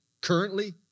currently